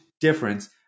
difference